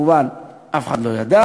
כמובן, אף אחד לא ידע.